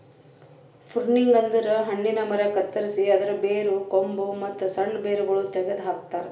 pruning ಅಂದುರ್ ಹಣ್ಣಿನ ಮರ ಕತ್ತರಸಿ ಅದರ್ ಬೇರು, ಕೊಂಬು, ಮತ್ತ್ ಸಣ್ಣ ಬೇರಗೊಳ್ ತೆಗೆದ ಹಾಕ್ತಾರ್